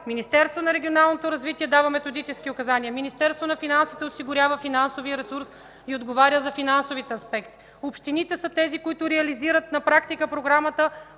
Министерството на регионалното развитие и благоустройството дава методически указания, Министерството на финансите осигурява финансовия ресурс и отговаря за финансовите аспекти, общините са тези, които реализират на практика Програмата